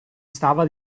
stava